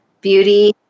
beauty